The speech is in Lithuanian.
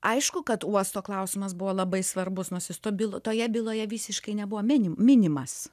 aišku kad uosto klausimas buvo labai svarbus nors jis toj byl toje byloje visiškai nebuvo mini minimas